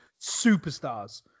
superstars